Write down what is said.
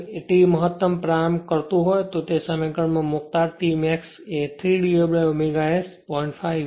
તેથી T મહત્તમ પ્રારંભ કરતું હોય તો તે સમીકરણ માં મુક્તા T max એ 3ω S 0